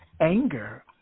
anger